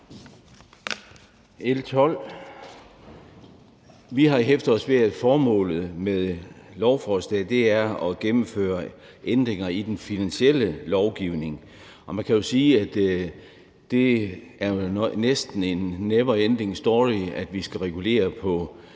Vi har hæftet os ved, at formålet med lovforslag L 12 er at gennemføre ændringer i den finansielle lovgivning. Og man kan jo sige, at det vel næsten er blevet en never ending story, at vi skal regulere